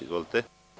Izvolite.